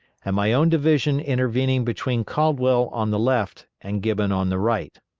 and my own division intervening between caldwell on the left and gibbon on the right.